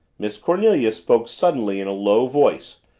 miss cornelia spoke suddenly in a low voice,